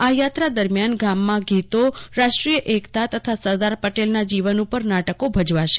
આ યાત્રા દરમિયાન ગામમાં ગીતો રાષ્ટ્રીય એક્તા તથા સરદાર પટેલના જીવન ઉપર નાટકો ભજવાશે